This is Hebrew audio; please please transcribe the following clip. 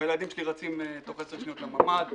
והילדים שלי רצים תוך 10 שניות לממ"ד בלילה.